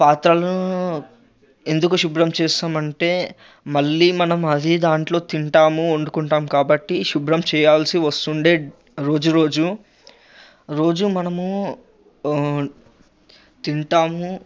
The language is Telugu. పాత్రలను ఎందుకు శుభ్రం చేస్తమంటే మళ్ళీ మనం అదే దాంట్లో తింటాము వండుకుంటాం కాబట్టీ శుభ్రం చేయాల్సి వస్తుండే రోజురోజు రోజూ మనము తింటాము